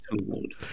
award